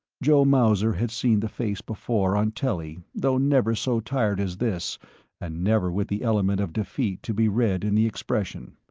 joe mauser had seen the face before on telly though never so tired as this and never with the element of defeat to be read in the expression.